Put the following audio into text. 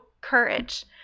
courage